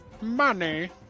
Money